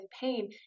pain